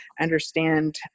understand